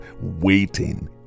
waiting